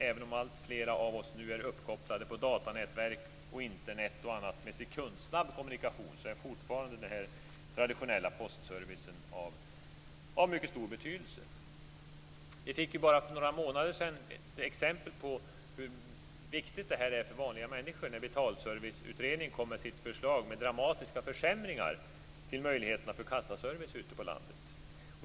Även om alltfler av oss nu är uppkopplade på datanätverk och Internet med sekundsnabb kommunikation är fortfarande den traditionella postservicen av mycket stor betydelse. Vi fick för några månader sedan exempel på hur viktigt detta är för vanliga människor när Betalserviceutredningen kom med sitt förslag med dramatiska försämringar i möjligheterna till kassaservice ute på landet.